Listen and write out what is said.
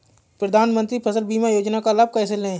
प्रधानमंत्री फसल बीमा योजना का लाभ कैसे लें?